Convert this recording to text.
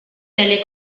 dalle